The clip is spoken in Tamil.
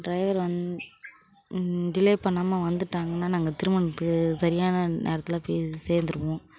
ட்ரைவர் வந் டிலே பண்ணாமல் வந்துட்டாங்கன்னால் நாங்கள் திருமணத்துக்கு சரியான நேரத்தில் போய் சேர்ந்துருவோம்